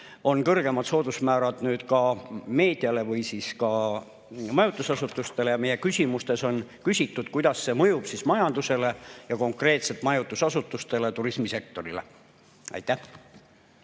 on kõrgemad soodusmäärad ka meediale ja majutusasutustele. Meie küsimustes on küsitud, kuidas see mõjub majandusele ja konkreetselt majutusasutustele, turismisektorile. Aitäh!